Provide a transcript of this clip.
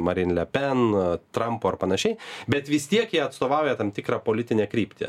marin lepen trampu ar panašiai bet vis tiek jie atstovauja tam tikrą politinę kryptį